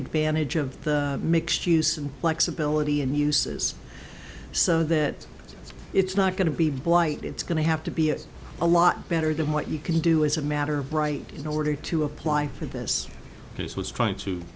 advantage of the mixed use and likes ability and uses so that it's not going to be blight it's going to have to be a lot better than what you can do as a matter of right in order to apply for this piece was trying to